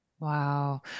Wow